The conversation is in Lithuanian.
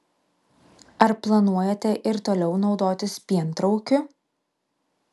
ar planuojate ir toliau naudotis pientraukiu